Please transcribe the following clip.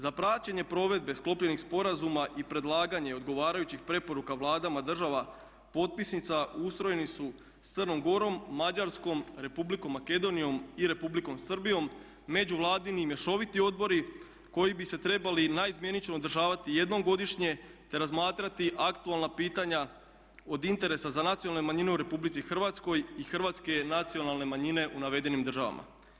Za praćenje provedbe sklopljenih sporazuma i predlaganje odgovarajućih preporuka vladama država potpisnica ustrojeni su s Crnom Gorom, Mađarskom, Republikom Makedonijom i Republikom Srbijom međuvladini mješoviti odbori koji bi se trebali naizmjenično održavati jednom godišnje, te razmatrati aktualna pitanja od interesa za nacionalne manjine u Republici hrvatskoj i hrvatske nacionalne manjine u navedenim državama.